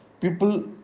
people